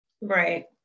Right